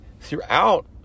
throughout